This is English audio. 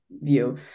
view